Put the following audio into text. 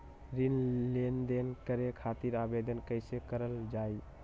ऋण लेनदेन करे खातीर आवेदन कइसे करल जाई?